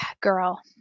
girl